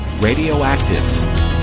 Radioactive